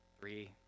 three